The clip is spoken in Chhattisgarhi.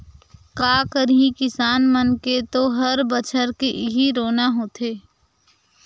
का करही किसान मन के तो हर बछर के इहीं रोना होथे